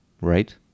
right